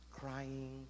crying